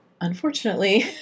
unfortunately